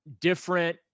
different